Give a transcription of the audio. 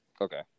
Okay